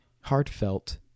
heartfelt